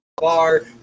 bar